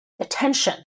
attention